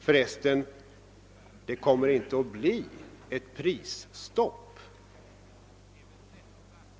För resten kommer det inte att bli ett prisstopp.